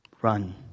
Run